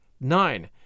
Nine